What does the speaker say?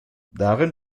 darin